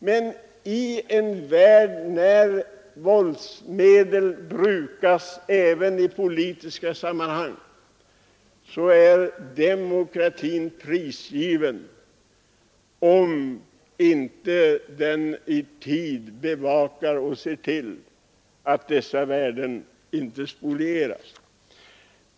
Men i en värld där våldsmedel brukas även i politiska sammanhang är demokratin prisgiven om vi inte i tid bevakar och ser till att dessa värden inte spolieras.